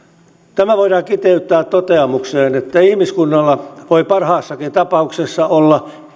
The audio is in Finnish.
tämä voidaan kiteyttää toteamukseen että ihmiskunnalla voi parhaassakin tapauksessa olla